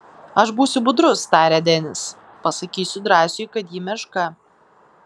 aš būsiu budrus tarė denis pasakysiu drąsiui kad ji meška